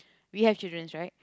we have childrens right